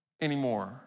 anymore